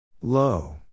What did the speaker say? Low